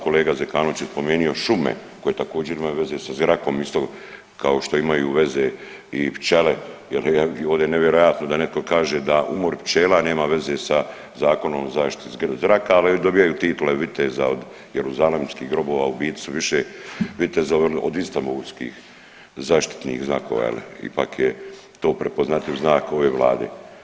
Kolega Zekanović je spomenio šume koje također imaju veze sa zrakom isto kao što imaju veze i pčele jer … nevjerojatno da netko kaže da umor pčela nema veze sa Zakonom o zaštiti zraka, ali dobivaju titule Viteza od Jeruzalemskih Grobova, u biti su više vitezovi od istambulskih zaštitnih znakova, je li, ipak je to prepoznatljiv znak ove Vlade.